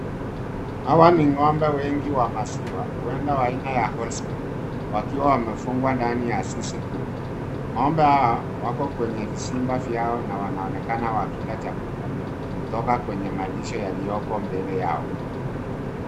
Hawa ni ng'ombe wengi wa maziwa, huenda wa aina ya halston wakiwa wamefungwa ndani ya zizi kubwa. Ng'ombe hao wako kwenye vizimba vyao na wanaonekana wakila chakula kutoka kwenye malisho yaliyopo mbele yao.